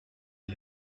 est